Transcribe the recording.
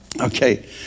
Okay